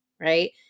right